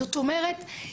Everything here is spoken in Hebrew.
זאת אומרת,